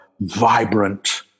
vibrant